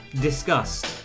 disgust